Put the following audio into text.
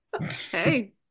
Hey